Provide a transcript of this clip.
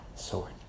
Sword